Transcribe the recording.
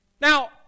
Now